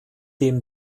dem